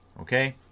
Okay